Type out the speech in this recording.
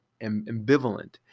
ambivalent